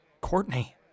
Courtney